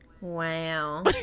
wow